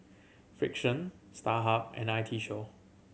Frixion Starhub and I T Show